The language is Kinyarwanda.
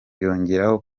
yongeraho